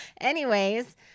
Anyways-